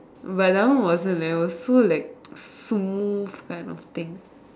but that wasn't leh it was so like smooth kind of thing